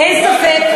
זה לא היה יפה.